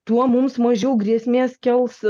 tuo mums mažiau grėsmės kels